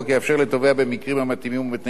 במקרים המתאימים ובתנאים שייקבעו בחוק,